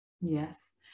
Yes